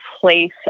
place